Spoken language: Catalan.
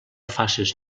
faces